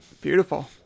Beautiful